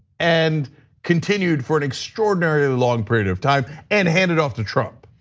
and continued for an extraordinarily long period of time, and handed off to trump.